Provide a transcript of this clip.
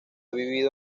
vivido